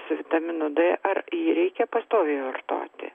su vitaminu d ar jį reikia pastoviai vartoti